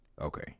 Okay